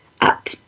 up